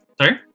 Sorry